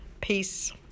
Peace